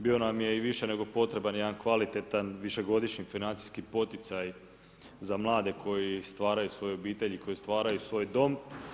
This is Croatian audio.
Bio nam je i više nego potreban jedan kvalitetan višegodišnji financijski poticaj za mlade koji stvaraju svoje obitelji, koji stvaraju svoj dom.